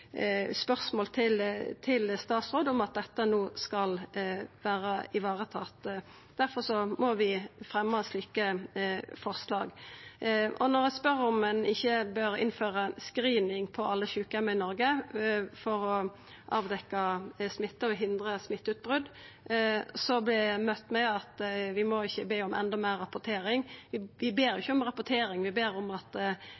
spørsmål til statsråden om dette no skal vera varetatt. Difor må vi fremja slike forslag. Når vi spør om ein ikkje bør innføra screening på alle sjukeheimar i Noreg for å avdekkja smitte og hindra smitteutbrot, vert vi møtte med at vi ikkje må be om enda meir rapportering. Vi ber ikkje om rapportering, vi ber